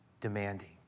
demanding